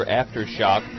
aftershock